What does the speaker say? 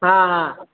हा हा